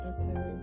Okay